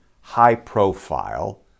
high-profile